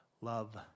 Love